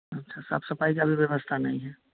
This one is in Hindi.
अच्छा साफ़ सफ़ाई की भी व्यवस्था नहीं है